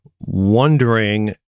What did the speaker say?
wondering